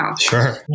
Sure